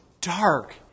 dark